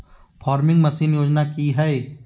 Farming machine योजना कि हैय?